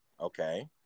Okay